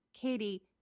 Katie